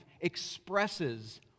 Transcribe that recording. expresses